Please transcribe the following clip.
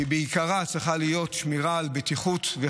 שבעיקרה צריכה להיות שמירה על בטיחותם,